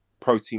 protein